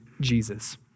Jesus